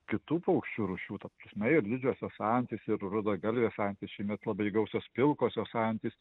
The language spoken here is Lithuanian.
kitų paukščių rūšių ta prasme ir didžiosios antys ir rudagalvės antys šįmet labai gausios pilkosios antys